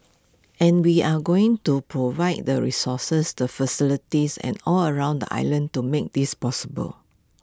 and we are going to provide the resources the facilities and all around the island to make this possible